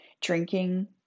drinking